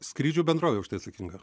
skrydžių bendrovė už tai atsakinga